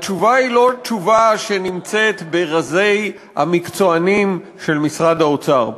התשובה היא לא תשובה שנמצאת ברזי המקצוענים של משרד האוצר.